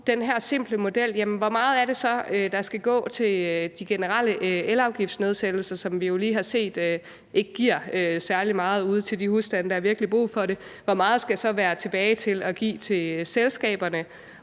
den her simple model: Hvor meget er det så, der skal gå til de generelle elafgiftsnedsættelser, som vi jo har set ikke giver særlig meget til de husstande, der virkelig har brug for det? Hvor meget skal der så være tilbage til at give til selskaberne,